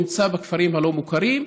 והוא נמצא בכפרים הלא-מוכרים,